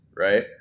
right